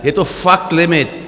Je to fakt limit.